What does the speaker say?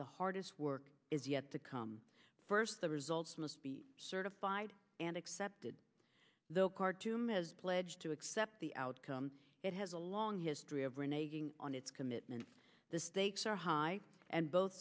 the hardest work is yet to come first the results must be certified and accepted the khartoum is pledged to accept the outcome it has a long history of reneging on its commitment the stakes are high and both